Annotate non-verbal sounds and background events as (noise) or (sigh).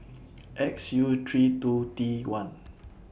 (noise) X U three two T one